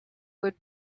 good